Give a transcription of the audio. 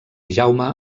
jaume